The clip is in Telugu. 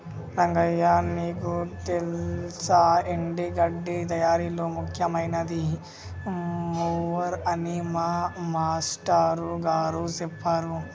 రంగయ్య నీకు తెల్సా ఎండి గడ్డి తయారీలో ముఖ్యమైనది మూవర్ అని మా మాష్టారు గారు సెప్పారు